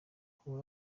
koko